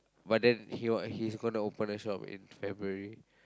but then he will he's gonna open the shop in February